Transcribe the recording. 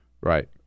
Right